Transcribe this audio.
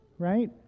Right